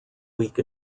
week